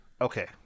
Okay